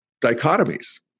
dichotomies